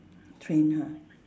train ha